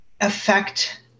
affect